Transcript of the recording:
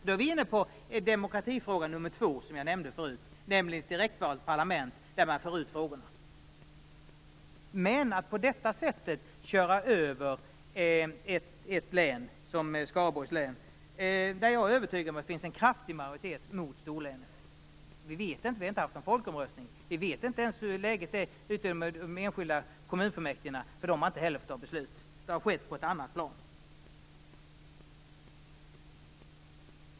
Då är vi inne på demokratifråga nr 2, som jag nämnde förut, nämligen ett direktvalt parlament där frågorna förs ut. Man har på detta sätt kört över ett län, Skaraborgs län. Jag är övertygad om att där finns det en kraftig majoritet mot storlänet. Vi vet inte det, för det har inte hållits någon folkomröstning. Vi vet inte ens hur läget är ute i enskilda kommunfullmäktige, för de har inte heller fått fatta beslut. Det har skett på ett annat plan.